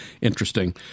interesting